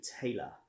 Taylor